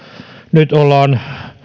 nyt ollaan